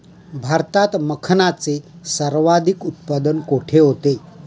भारतात मखनाचे सर्वाधिक उत्पादन कोठे होते?